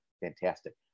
fantastic